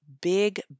big